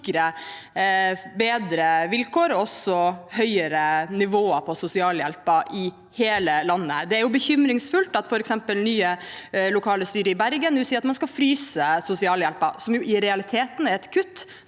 bedre vilkår og høyere nivå på sosialhjelpen i hele landet. Det er bekymringsfullt at f.eks. det nye lokalstyret i Bergen nå sier at man skal fryse sosialhjelpen. I realiteten er det et